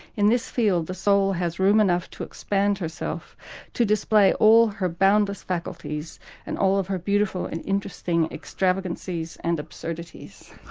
in this field, the soul has room enough to expand herself to display all her boundless faculties and all of her beautiful and interesting extravagancies and absurdities.